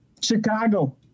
Chicago